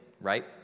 right